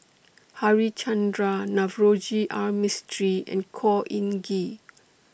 Harichandra Navroji R Mistri and Khor Ean Ghee